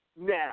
now